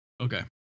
Okay